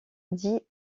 dit